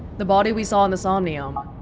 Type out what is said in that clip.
the body we saw in the somnium